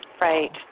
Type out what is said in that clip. Right